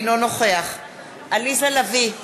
אינו נוכח עליזה לביא,